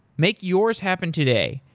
make yours happen today.